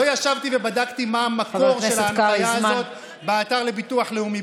לא ישבתי ובדקתי מה המקור של ההנחיה הזאת באתר לביטוח לאומי.